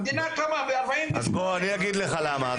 המדינה הקומה ב-1948 --- אני אגיד לך למה.